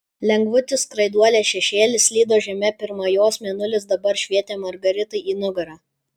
lengvutis skraiduolės šešėlis slydo žeme pirma jos mėnulis dabar švietė margaritai į nugarą